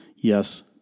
Yes